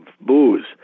booze